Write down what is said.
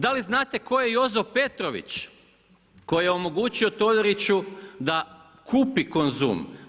Da li znate tko je Jozo Petrović, koji je omogućio Todoriću, da kupi Konzum?